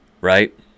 right